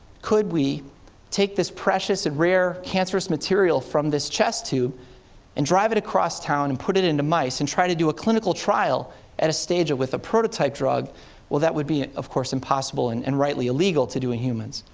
could we take this precious and rare cancerous material from this chest tube and drive it across town and put it into mice and try to do a clinical trial at a stage that with a prototype drug well, that would be, of course, impossible and, rightly, illegal to do in humans.